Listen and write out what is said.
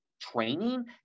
training